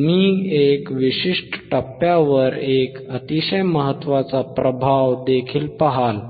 तुम्ही एक विशिष्ट टप्प्यावर एक अतिशय महत्त्वाचा प्रभाव देखील पहाल